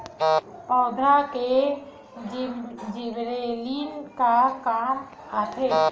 पौधा के लिए जिबरेलीन का काम आथे?